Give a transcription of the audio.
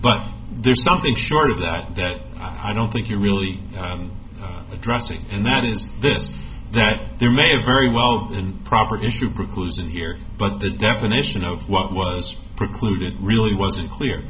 but there's something short of that that i don't think you're really addressing and that is this that there may very well and proper issue preclusion here but the definition of what was precluded really wasn't clear